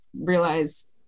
realize